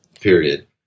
period